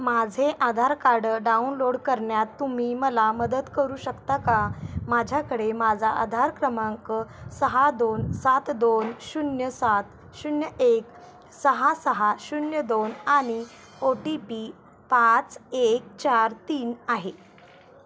माझे Aadhaar card download करण्यात तुम्ही मला मदत करू शकता का माझ्याकडे माझा आधार क्रमांक सहा दोन सात दोन शून्य सात शून्य एक सहा सहा शून्य दोन आणि ओ टी पी पाच एक चार तीन आहे